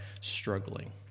struggling